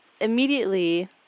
immediately